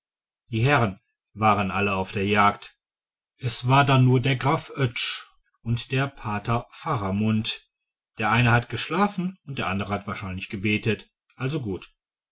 die herren waren alle auf der jagd es war da nur der graf oetsch und der pater faramund der eine hat geschlafen und der andere hat wahrscheinlich gebetet also gut